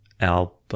album